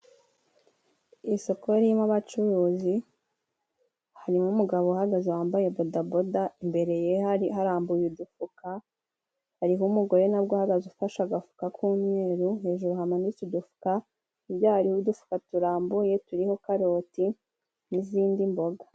Isoko ririmo abacuruzi, harimo umugabo uhagaze wambaye bodaboda. Imbere ye hari harambuye udufuka. Hariho umugore nabwo uhagaze ufashe agafuka k'umweru, hejuru hamanitse udufuka. Iburyo hari udufuka turambuye turiho karoti n'izindi mboga.